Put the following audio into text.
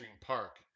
Park